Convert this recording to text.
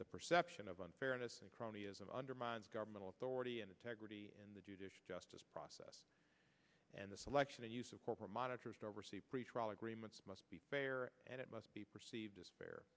the perception of unfairness and cronyism undermines governmental authority and integrity in the judicial justice process and the selection and use of corporate monitors to oversee pretrial agreements must be fair and it must be perceived as fair